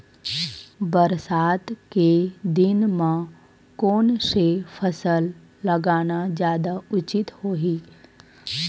बरसात के दिन म कोन से फसल लगाना जादा उचित होही?